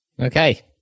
Okay